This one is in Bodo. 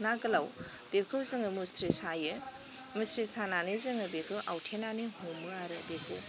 ना गोलाव बेखौ जोङो मुस्रि सायो मुस्रि सानानै जोङो बेखौ आवथेनानै हमो आरो बेखौ